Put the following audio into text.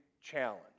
challenge